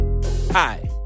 Hi